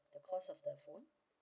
the cost of the phone